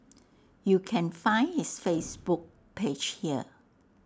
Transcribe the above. you can find his Facebook page here